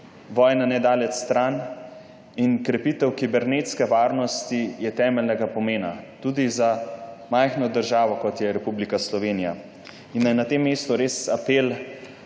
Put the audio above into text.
vojna nedaleč stran. Krepitev kibernetske varnosti je zato temeljnega pomena tudi za majhno državo, kot je Republika Slovenija. Na tem mestu res apel